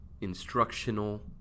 instructional